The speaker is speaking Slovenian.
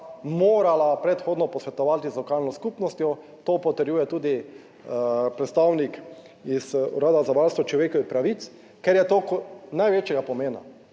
morala predhodno posvetovati z lokalno skupnostjo, to potrjuje tudi predstavnik iz Urada za varstvo človekovih pravic, ker je to največjega pomena,